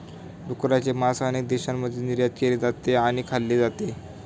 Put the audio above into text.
डुकराचे मांस अनेक देशांमध्ये निर्यात केले जाते आणि खाल्ले जाते